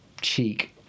cheek